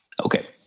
Okay